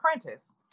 Apprentice